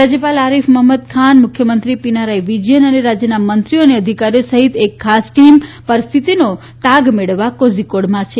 રાજ્યપાલ આરિફ મુફમ્મદ ખાન મુખ્યમંત્રી પિનારાઇ વિજયન અને રાજ્યના મંત્રીઓ અને અધિકારીઓ સહિત એક ખાસ ટીમ પરિસ્થિતિનો તાગ મેળવવા કોઝીકોડમાં છે